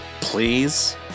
please